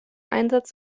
einsatz